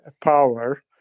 power